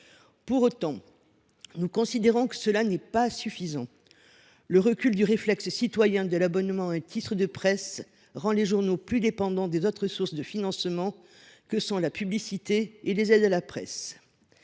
Pour autant, nous considérons que ce n’est pas suffisant. Le réflexe citoyen de l’abonnement à des titres de presse est en recul, ce qui rend les journaux plus dépendants des autres sources de financement que sont la publicité et les aides à la presse.